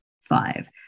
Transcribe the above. five